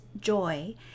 joy